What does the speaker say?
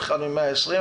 אחד מ-120,